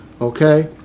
Okay